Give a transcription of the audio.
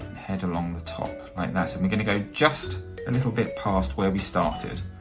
head along the top like that, and we're gonna go just a little bit past where we started.